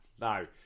No